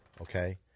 Okay